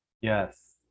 Yes